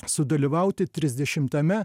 sudalyvauti trisdešimtame